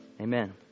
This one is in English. Amen